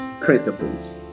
principles